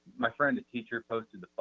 my friend, a teacher posted